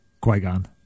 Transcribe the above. Qui-Gon